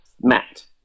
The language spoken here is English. Matt